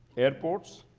airports,